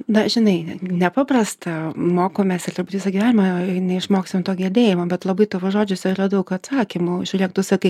na žinai nepaprasta mokomės ir turbūt visą gyvenimą neišmoksim to gedėjimo bet labai tavo žodžiuose yra daug atsakymų žiūrėk tu sakai